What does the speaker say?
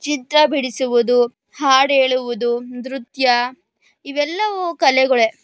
ಚಿತ್ರ ಬಿಡಿಸುವುದು ಹಾಡು ಹೇಳುವುದು ನೃತ್ಯ ಇವೆಲ್ಲವೂ ಕಲೆಗಳೇ